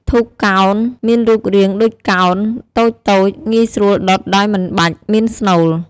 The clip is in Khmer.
ធូបកោណ មានរូបរាងដូចកោណតូចៗ ងាយស្រួលដុតដោយមិនបាច់មានស្នូល។